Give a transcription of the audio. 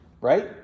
Right